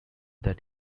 that